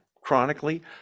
chronically